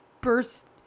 burst